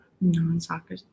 Non-soccer